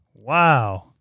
Wow